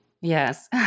Yes